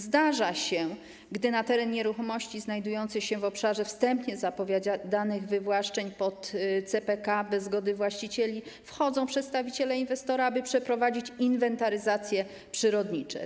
Zdarza się, że na teren nieruchomości znajdującej się w obszarze wstępnie zapowiadanych wywłaszczeń pod CPK bez zgody właścicieli wchodzą przedstawiciele inwestora, aby przeprowadzić inwentaryzacje przyrodnicze.